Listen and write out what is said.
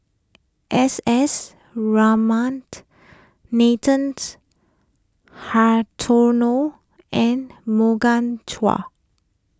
S S Ratnam Nathan Hartono and Morgan Chua